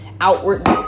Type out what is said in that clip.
outward